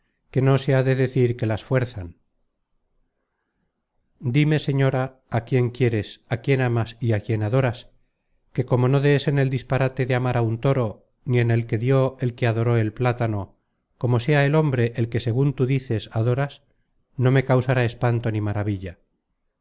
que no se ha de decir que las fuerzan dime señora á quién quieres á quién amas y á quién adoras que como no des en el disparate de amar á un toro ni en el que dió el que adoró el plátano como sea hombre el que segun tú dices adoras no me causará espanto ni maravilla